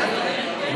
תאמין לי.